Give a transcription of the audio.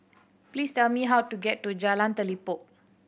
please tell me how to get to Jalan Telipok